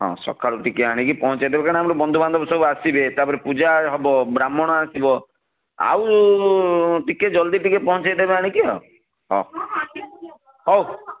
ହଁ ସକାଳୁ ଟିକିଏ ଆଣିକି ପହଁଞ୍ଚେଇ ଦେବେ କାରଣ ଆମର ବନ୍ଧୁ ବାନ୍ଧବ ସବୁ ଆସିବେ ତା'ପରେ ପୂଜା ହେବ ବ୍ରାହ୍ମଣ ଆସିବ ଆଉ ଟିକିଏ ଜଲ୍ଦି ଟିକିଏ ପହଁଞ୍ଚେଇ ଦେବେ ଆଣିକି ଆଉ ହଉ